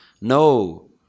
No